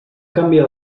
canviar